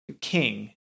King